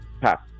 Pass